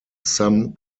some